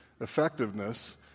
effectiveness